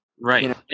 Right